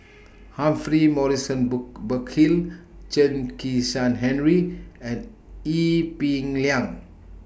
Humphrey Morrison Burkill Chen Kezhan Henri and Ee Peng Liang